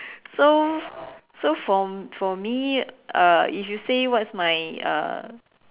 so so for for me uh if you say what is my uh